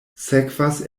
sekvas